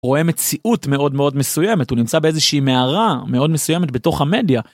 רואה מציאות מאוד מאוד מסוימת הוא נמצא באיזושהי מערה מאוד מסוימת בתוך המדיה.